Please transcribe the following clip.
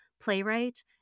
playwright